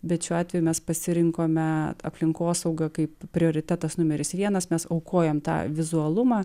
bet šiuo atveju mes pasirinkome aplinkosauga kaip prioritetas numeris vienas mes aukojam tą vizualumą